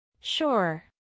Sure